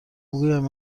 بگویم